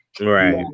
Right